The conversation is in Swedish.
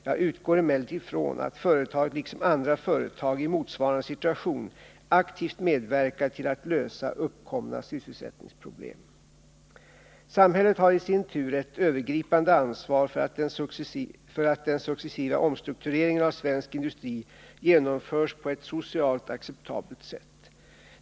Jag utgår emellertid från att företaget liksom andra företag i motsvarande situation aktivt medverkar till att lösa uppkomna sysselsättningsproblem. Samhället har i sin tur ett övergripande ansvar för att den successiva omstruktureringen av svensk industri genomförs på ett socialt acceptabelt sätt.